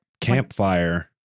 Campfire